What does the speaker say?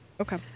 Okay